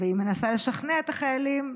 והיא מנסה לשכנע את החיילים,